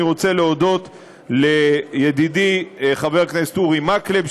אני רוצה להודות לידידי חבר הכנסת אורי מקלב,